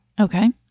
Okay